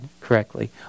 correctly